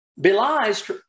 Belies